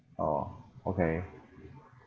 orh okay